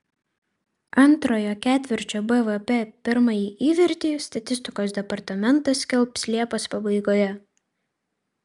antrojo ketvirčio bvp pirmąjį įvertį statistikos departamentas skelbs liepos pabaigoje